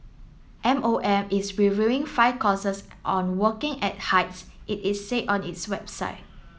M O M is reviewing five courses on working at heights it is said on its website